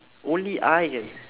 only I can